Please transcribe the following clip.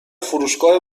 فروشگاه